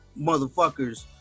motherfuckers